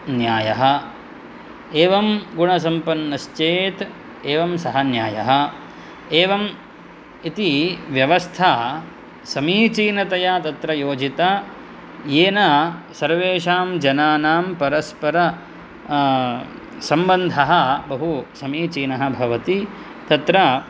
न्यायः एवं गुणसम्पन्नश्चेत् एवं सः न्यायः एवम् इति व्यवस्था समीचीनतया तत्र योजिता येन सर्वेषां जनानां परस्पर सम्बन्धः बहुसमीचीनः भवति तत्र